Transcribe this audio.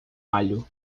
alho